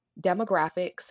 demographics